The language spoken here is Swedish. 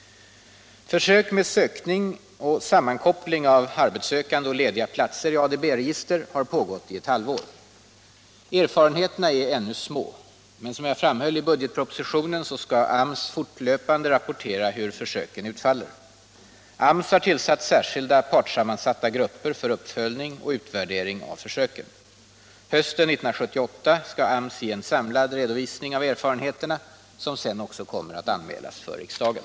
Försök med sökning och sammankoppling av arbetssökande och lediga platser i ADB-register har pågått i ett halvår. Erfarenheterna är ännu små, men som jag framhöll i budgetpropositionen skall AMS fortlöpande rapportera hur försöken utfaller. AMS har tillsatt särskilda partssammansatta grupper för uppföljning och utvärdering av försöken. Hösten 1978 skall AMS ge en samlad redovisning av erfarenheterna, som sedan också kommer att anmälas för riksdagen.